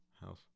house